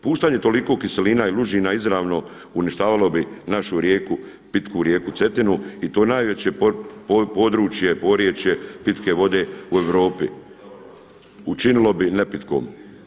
Puštanje toliko kiselina i lužina izravno uništavalo bi našu rijeku, pitku rijeku Cetinu i to najveće područje, porječje pitke vode u Europi učinilo bi nepitkom.